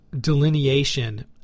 delineation